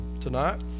tonight